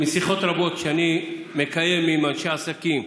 משיחות רבות שאני מקיים עם אנשי עסקים,